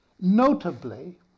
notably